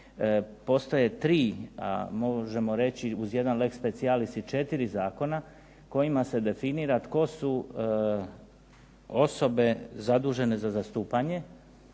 postoje 3, možemo reći uz jedan lex specialis i 4 zakona, kojima se definira tko su osobe zadužene za zastupanje,